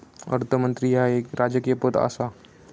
अर्थमंत्री ह्या एक राजकीय पद आसा